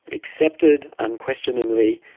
accepted unquestionably,